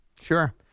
Sure